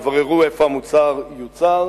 יבררו איפה המוצר יוצר,